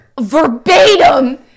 Verbatim